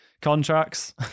contracts